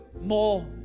More